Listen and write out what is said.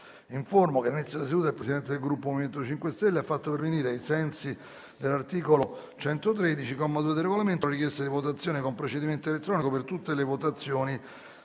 che all'inizio della seduta il Presidente del Gruppo MoVimento 5 Stelle ha fatto pervenire, ai sensi dell'articolo 113, comma 2, del Regolamento, la richiesta di votazione con procedimento elettronico per tutte le votazioni